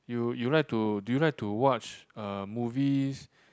you you like to do you like to watch uh movies